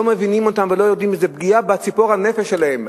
לא מבינים אותם ולא יודעים שזו פגיעה בציפור הנפש שלהם.